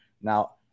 Now